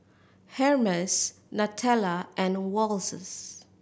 Hermes Nutella and Wall